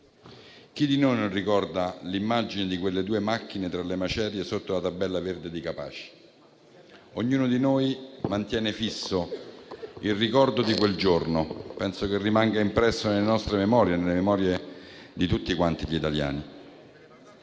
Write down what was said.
Chi di noi non ricorda l'immagine di quelle due macchine tra le macerie sotto il cartello verde di Capaci? Ognuno di noi mantiene fisso il ricordo di quel giorno, che penso rimarrà impresso nella memoria nostra e di tutti gli italiani.